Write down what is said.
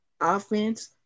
offense